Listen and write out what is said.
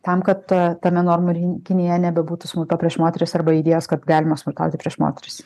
tam kad a tame normų rinkinyje nebebūtų smurto prieš moteris arba idėjos kad galima smurtauti prieš moteris